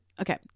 Okay